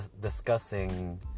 discussing